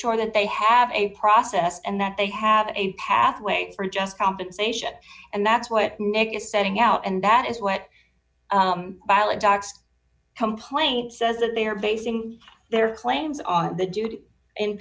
sure that they have a process and that they have a pathway for just compensation and that's what nic is setting out and that is what docs complaint says that they are basing their claims on the duty